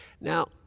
Now